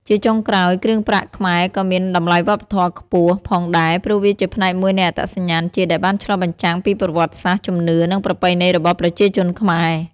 ជាចុងក្រោយ គ្រឿងប្រាក់ខ្មែរក៏មាន តម្លៃវប្បធម៌ខ្ពស់ ផងដែរ ព្រោះវាជាផ្នែកមួយនៃអត្តសញ្ញាណជាតិដែលបានឆ្លុះបញ្ចាំងពីប្រវត្តិសាស្ត្រ ជំនឿ និងប្រពៃណីរបស់ប្រជាជនខ្មែរ។